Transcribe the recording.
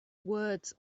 words